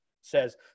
says